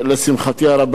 לשמחתי הרבה,